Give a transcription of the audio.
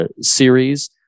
series